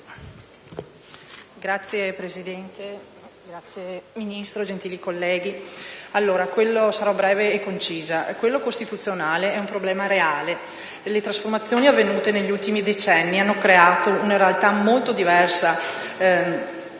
Signor Presidente, signor Ministro, gentili colleghi, sarò breve e concisa. Quello costituzionale è un problema reale. Le trasformazioni avvenute negli ultimi decenni hanno creato una realtà molto diversa